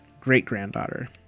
great-granddaughter